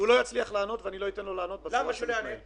הוא לא יצליח לענות ולא אתן לו לענות בצורה שזה מתנהל.